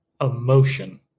emotion